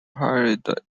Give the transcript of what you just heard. parade